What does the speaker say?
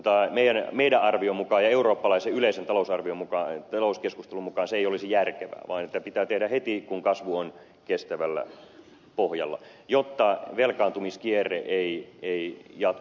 mutta meidän arviomme mukaan ja eurooppalaisen yleisen talouskeskustelun mukaan se ei olisi järkevää vaan että pitää tehdä heti kun kasvu on kestävällä pohjalla jotta velkaantumiskierre ei jatku